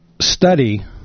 study